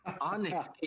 Onyx